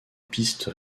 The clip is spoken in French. piste